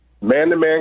man-to-man